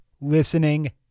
listening